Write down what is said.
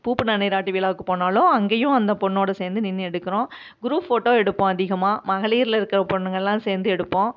பூப்புனித நீராட்டு விழாவுக்கு போனாலும் அங்கேயும் அந்த பொண்ணோட சேர்ந்து நின்று எடுக்குறோம் குரூப் ஃபோட்டோ எடுப்போம் அதிகமாக மகளிரில் இருக்கிற பொண்ணுங்க எல்லாம் சேர்ந்து எடுப்போம்